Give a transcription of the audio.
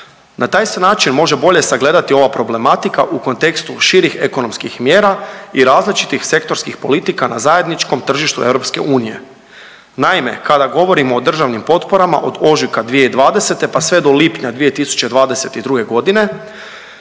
Na taj se način može bolje sagledati ova problematika u kontekstu širih ekonomskih mjera i različitih sektorskih politika na zajedničkom tržištu EU. Naime, kada govorimo o državnim potporama od ožujka 2020. pa sve do lipnja 2022.g.